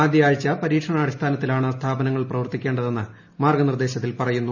ആഴ്ച പരീക്ഷണാടിസ്ഥാനത്തിലാണ് സ്ഥാപനങ്ങൾ പ്രവർത്തിക്കേണ്ടതെന്ന് മാർഗനിർദ്ദേശത്തിൽ പറയുന്നു